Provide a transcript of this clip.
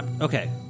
Okay